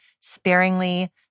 sparingly